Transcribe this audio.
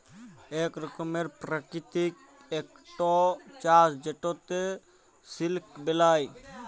ইক রকমের পারকিতিক ইকট চাষ যেটতে সিলক বেলায়